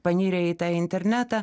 panirę į internetą